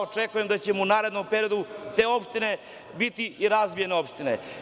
Očekujem da ćemo u narednom periodu to opštine biti razvijene opštine.